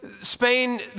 Spain